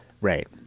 Right